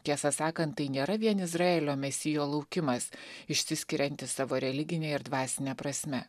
tiesą sakant tai nėra vien izraelio mesijo laukimas išsiskiriantis savo religine ir dvasine prasme